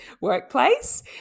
workplace